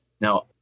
now